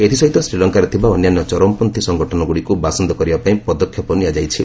ଏଥିସହିତ ଶ୍ରୀଲଙ୍କାରେ ଥିବା ଅନ୍ୟାନ୍ୟ ଚରମପନ୍ଥୀ ସଂଗଠନଗୁଡ଼ିକୁ ବାସନ୍ଦ କରିବା ପାଇଁ ପଦକ୍ଷେପମାନ ନିଆଯାଇଛି